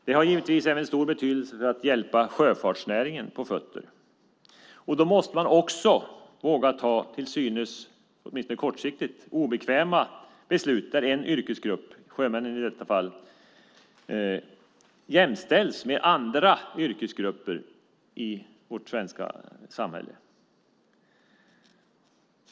Det har givetvis även stor betydelse för att hjälpa sjöfartsnäringen på fötter. Då måste man också våga fatta till synes, åtminstone kortsiktigt, obekväma beslut där en yrkesgrupp, sjömännen i detta fall, jämställs med andra yrkesgrupper i vårt svenska samhälle.